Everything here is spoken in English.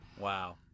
Wow